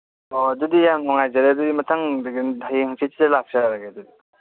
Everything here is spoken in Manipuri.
ꯑꯣ ꯑꯗꯨꯗꯤ ꯌꯥꯝ ꯅꯨꯡꯉꯥꯏꯖꯔꯦ ꯑꯗꯨꯗꯤ ꯃꯊꯪ ꯍꯌꯦꯡ ꯍꯪꯆꯤꯠꯁꯤꯗ ꯂꯥꯛꯆꯔꯒꯦ ꯑꯗꯨꯗꯤ